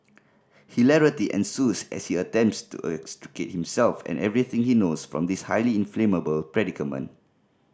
hilarity ensues as he attempts to extricate himself and everything he knows from this highly inflammable predicament